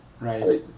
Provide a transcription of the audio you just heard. Right